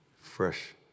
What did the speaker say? Fresh